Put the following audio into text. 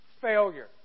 failure